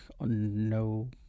No